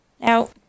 Now